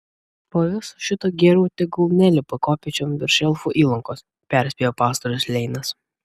po viso šito geriau tegul nelipa kopėčiom virš elfų įlankos perspėjo pastorius leinas